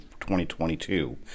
2022